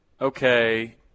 okay